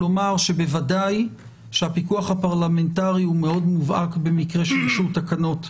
לומר שבוודאי שהפיקוח הפרלמנטרי הוא מאוד מובהק במקרה של אישור תקנות,